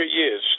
years